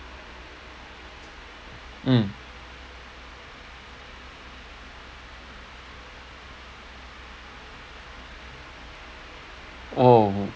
mm oh